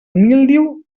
míldiu